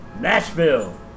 Nashville